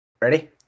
Ready